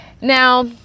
Now